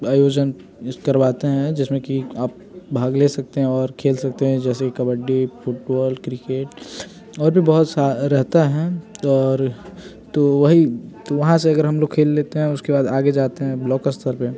आयोजन निस करवाते हैं जिस में कि आप भाग ले सकते हैं और खेल सकते हैं जैसे कबड्डी फुटबॉल क्रिकेट और भी बहुत रहता है और तो वही तो वहाँ से अगर हम लोग खेल लेते हैं उसके बाद आगे जाते हैं ब्लॉक स्तर पर